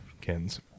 Ken's